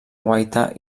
guaita